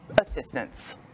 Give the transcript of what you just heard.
assistance